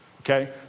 okay